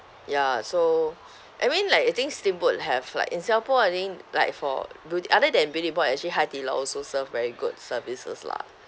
ya so I mean like eating steamboat have like in singapore I think like for beauty other than beauty in the pot actually haidilao also serve very good services lah